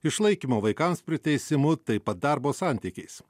išlaikymo vaikams priteisimu taip pat darbo santykiais